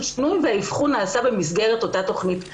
שינוי והאבחון נעשה במסגרת אותה תכנית התערבות.